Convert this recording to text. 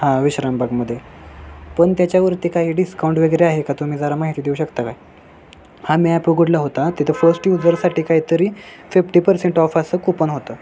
हां विश्राम बागमध्ये पण त्याच्यावरती काही डिस्काउंट वगैरे आहे का तुम्ही जरा माहिती देऊ शकता काय हा मी ॲप उघडला होता तिथं फर्स्ट यूजरसाठी काहीतरी फिफ्टी पर्सेंट ऑफ असं कुपान होतं